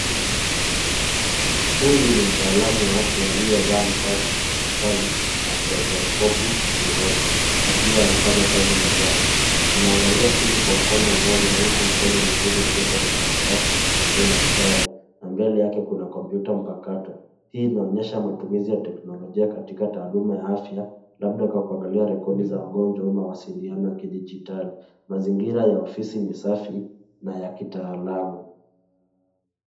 Huyu ni mtaalamu wa afya; aliyevaa mavazi hospitali na stethoskopu shingoni akiwa anafanya kazi mezani. Anaangalia simu kwa mkono mmoja huku mkono mwingine uko kwenye karatasi au daftari na mbele yake kuna kompyuta mpakato. Hii inaonyesha matumizi ya teknolojia katika taaluma ya afya labda kwa kuangalia rekodi za wagonjwa na mawasiliano ya kidijitali. Mazingira ya ofisi ni safi na ya kitalaamu.